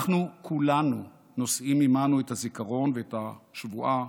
אנחנו כולנו נושאים עימנו את הזיכרון ואת השבועה,